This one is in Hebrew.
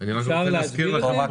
הוא גם נותן מענה